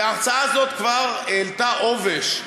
וההצעה הזאת כבר העלתה עובש,